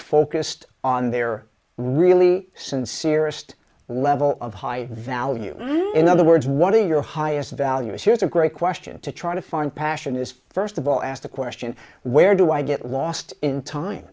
focused on they are really sincere asst level of high value in other words what are your highest values here's a great question to try to find passion is first of all ask the question where do i get lost in time